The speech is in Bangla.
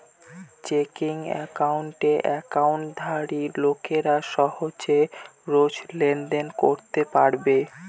চেকিং একাউণ্টে একাউন্টধারী লোকেরা সহজে রোজ লেনদেন করতে পারবে